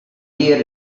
dear